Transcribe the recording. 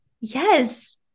Yes